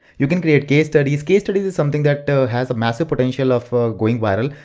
you can create case studies case studies is something that has a massive potential of ah going viral.